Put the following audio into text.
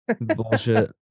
Bullshit